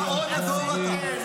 גאון הדור אתה.